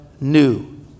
new